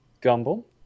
Gumble